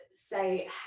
say